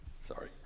sorry